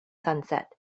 sunset